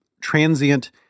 Transient